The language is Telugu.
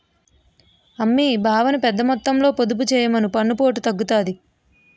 అమ్మీ బావని పెద్దమొత్తంలో పొదుపు చెయ్యమను పన్నుపోటు తగ్గుతాది